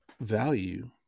value